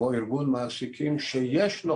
כמו ארגון מעסיקים שיש לו